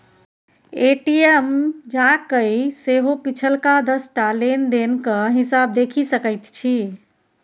ATM जाकए सेहो पिछलका दस टा लेन देनक हिसाब देखि सकैत छी